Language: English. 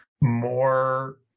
more